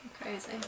Crazy